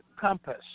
compass